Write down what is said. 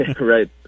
Right